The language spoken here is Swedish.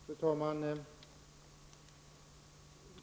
Fru talman!